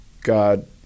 God